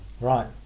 Right